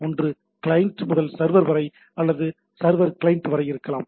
ஒன்று கிளையன்ட் முதல் சர்வர் வரை அல்லது சர்வர் கிளையன்ட் வரை இருக்கலாம்